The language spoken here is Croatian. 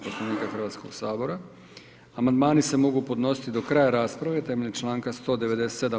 Poslovnika Hrvatskog sabora, amandmani se mogu podnositi do kraja rasprave temeljem čl. 197.